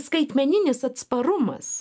skaitmeninis atsparumas